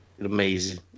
Amazing